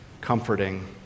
comforting